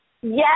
Yes